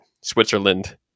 Switzerland